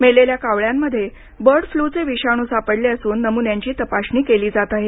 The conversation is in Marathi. मेलेल्या कावळ्यांमध्ये बर्ड फ्लूचे विषाणू सापडले असून नमुन्यांची तपासणी केली जात आहे